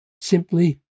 simply